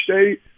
State